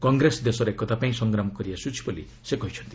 କଂଗ୍ରେସ ଦେଶର ଏକତା ପାଇଁ ସଂଗ୍ରାମ କରିଆସୁଛି ବୋଲି ସେ କହିଛନ୍ତି